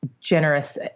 generous